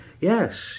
Yes